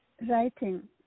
writing